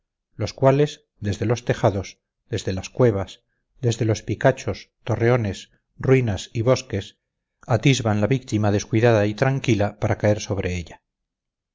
los cuales desde los tejados desde las cuevas desde los picachos torreones ruinas y bosques atisban la víctima descuidada y tranquila para caer sobre ella